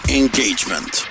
engagement